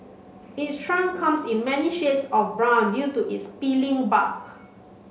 its trunk comes in many shades of brown due to its peeling bark